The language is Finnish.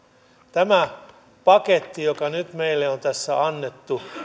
tämä paketti joka nyt meille on tässä annettu